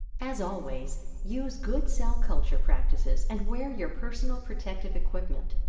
as always use good cell culture practices and wear your personal protective equipment.